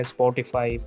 Spotify